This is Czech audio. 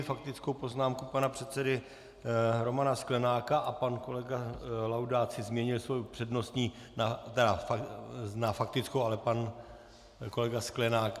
Faktickou poznámku pana předsedy Romana Sklenáka a pan kolega Laudát si změnil svou přednostní na faktickou, ale pan kolega Sklenák...